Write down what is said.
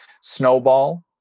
snowball